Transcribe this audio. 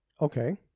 Okay